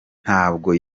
ntabwo